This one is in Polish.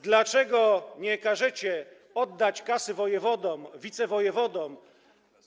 Dlaczego nie każecie oddać kasy wojewodom, wicewojewodom.